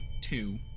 two